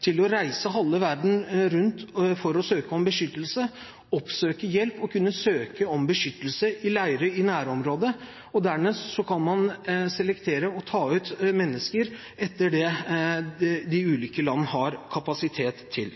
til å reise halve verden rundt for å søke om beskyttelse, oppsøke hjelp og søke om beskyttelse i leirer i nærområdet. Dernest kan man selektere og ta ut mennesker etter det de ulike land har kapasitet til.